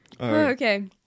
okay